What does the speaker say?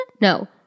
No